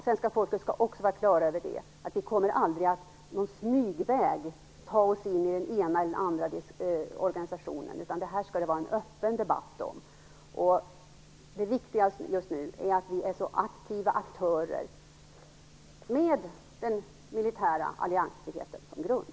Svenska folket skall också vara klara över att vi aldrig kommer att via någon smygväg ta oss in i den ena eller andra organisationen. Det här skall det vara en öppen debatt om. Det viktigaste just nu är att vi är aktiva aktörer, med den militära alliansfriheten som grund.